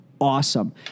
awesome